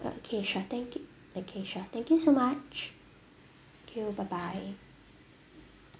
okay sure thank you okay sure thank you so much thank you bye bye